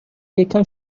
یکم